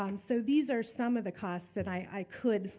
um so these are some of the cost that i could,